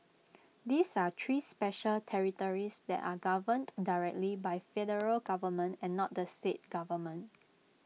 these are three special territories that are governed directly by federal government and not the state government